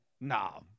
No